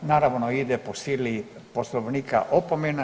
Naravno ide po sili poslovnika opomena.